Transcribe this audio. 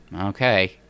okay